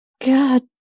God